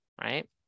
right